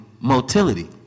motility